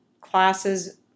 classes